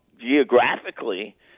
geographically